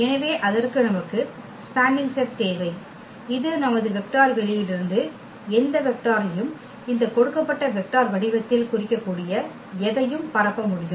எனவே அதற்கு நமக்கு ஸ்பேனிங் செட் தேவை இது நமது வெக்டர் வெளியிலிருந்து எந்த வெக்டாரையும் இந்த கொடுக்கப்பட்ட வெக்டர் வடிவத்தில் குறிக்கக்கூடிய எதையும் பரப்ப முடியும்